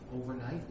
overnight